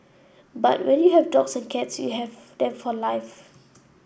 but when you have dogs and cats you have them for life